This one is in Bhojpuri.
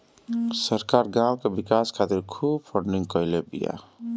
सरकार गांव के विकास खातिर खूब फंडिंग कईले बिया